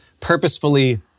purposefully